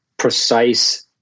precise